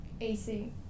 AC